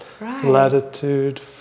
Latitude